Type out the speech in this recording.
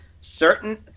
certain